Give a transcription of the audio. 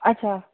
आच्छा